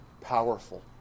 powerful